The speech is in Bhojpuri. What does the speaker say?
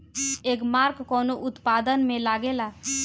एगमार्क कवने उत्पाद मैं लगेला?